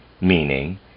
meaning